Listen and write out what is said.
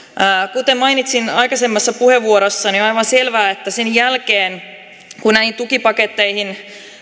kuten mainitsin aikaisemmassa puheenvuorossani on aivan selvää että sen jälkeen kun näihin tukipaketteihin